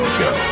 Show